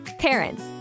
Parents